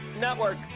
network